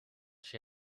she